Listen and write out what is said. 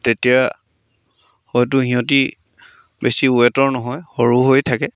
তেতিয়া হয়তো সিহঁতি বেছি ৱেটৰ নহয় সৰু হৈ থাকে